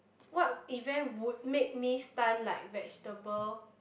what event would make me stunt like vegetable